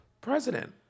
president